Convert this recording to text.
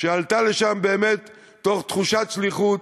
שעלתה לשם באמת מתוך תחושת שליחות,